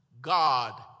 God